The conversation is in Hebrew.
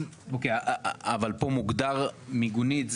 אבל פה מוגדר מיגונית,